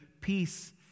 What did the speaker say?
Peace